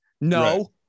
No